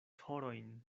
horojn